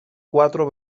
cuatro